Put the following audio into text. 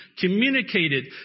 communicated